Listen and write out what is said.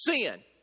sin